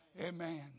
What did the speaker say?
Amen